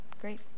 great